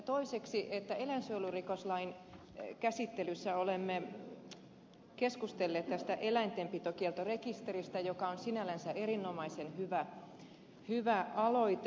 toiseksi eläinsuojelurikoslain käsittelyssä olemme keskustelleet tästä eläintenpitokieltorekisteristä joka on sinällänsä erinomaisen hyvä aloite